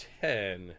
ten